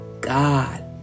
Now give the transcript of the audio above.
God